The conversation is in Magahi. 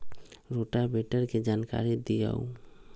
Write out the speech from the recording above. रोटावेटर के जानकारी दिआउ?